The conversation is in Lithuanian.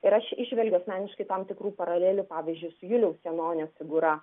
ir aš įžvelgiu asmeniškai tam tikrų paralelių avyzdžiui su juliaus janonio figūra